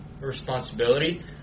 responsibility